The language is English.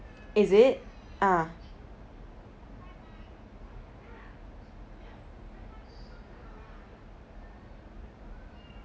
is it ah